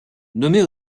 nommé